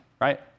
right